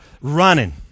Running